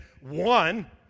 one